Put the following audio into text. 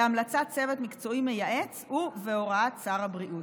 בהמלצה צוות מקצועי מייעץ ובהוראת שר הבריאות.